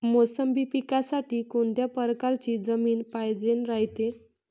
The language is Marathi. मोसंबी पिकासाठी कोनत्या परकारची जमीन पायजेन रायते?